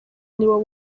nibo